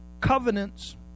covenants